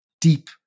deep